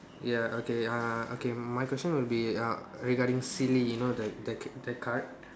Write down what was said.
ya okay uh okay my question will be uh regarding silly you know the the the card